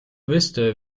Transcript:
wüsste